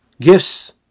gifts